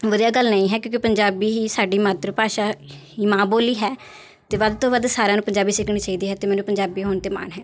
ਵਧੀਆ ਗੱਲ ਨਹੀਂ ਹੈ ਕਿਉਂਕਿ ਪੰਜਾਬੀ ਹੀ ਸਾਡੀ ਮਾਤਰ ਭਾਸ਼ਾ ਹੀ ਮਾਂ ਬੋਲੀ ਹੈ ਅਤੇ ਵੱਧ ਤੋਂ ਵੱਧ ਸਾਰਿਆਂ ਨੂੰ ਪੰਜਾਬੀ ਸਿੱਖਣੀ ਚਾਹੀਦੀ ਹੈ ਅਤੇ ਮੈਨੂੰ ਪੰਜਾਬੀ ਹੋਣ 'ਤੇ ਮਾਣ ਹੈ